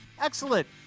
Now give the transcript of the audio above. excellent